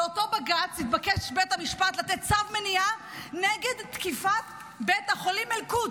באותו בג"ץ התבקש בית המשפט לתת צו מניעה נגד תקיפת בית החולים אל-קודס.